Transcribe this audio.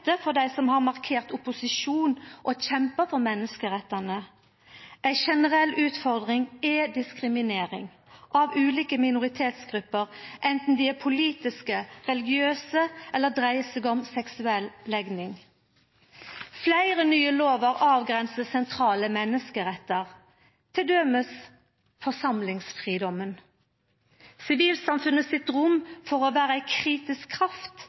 for dei som har markert opposisjon og kjempa for menneskerettane. Ei generell utfordring er diskriminering av ulike minoritetsgrupper, enten dei er politiske, religiøse eller dreier seg om seksuell legning. Fleire nye lovar avgrensar sentrale menneskerettar, bl.a. forsamlingsfridomen. Sivilsamfunnet sitt rom for å vera ei kritisk kraft